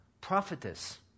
prophetess